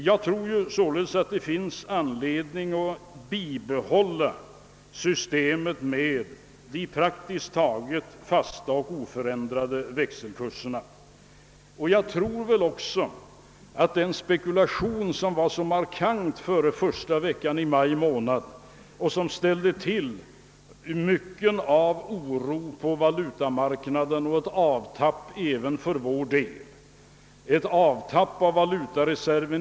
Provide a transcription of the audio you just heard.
Det finns alltså anledning bibehålla systemet med praktiskt taget fasta och oförändrade växelkurser. Den spekulation som var så markant före första veckan i maj månad och som förorsakade mycket av oron på valutamarknaden och en avtappning även för vår del har nu klingat av.